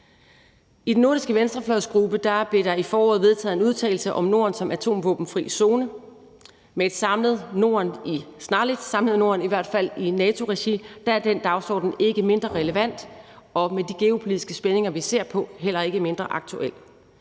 I den nordiske venstrefløjsgruppe blev der i foråret vedtaget en udtalelse om Norden som atomvåbenfri zone, og med et snarligt samlet Norden i NATO-regi er den dagsorden ikke mindre relevant, og med de geopolitisk spændinger, vi ser, heller ikke mindre aktuel.